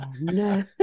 no